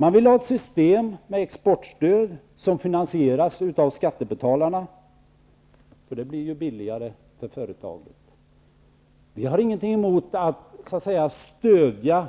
Man vill ha ett system med exportstöd som finansieras av skattebetalarna. Det blir billigare för företaget. Vi har inget emot att stödja